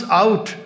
out